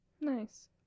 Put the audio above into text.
nice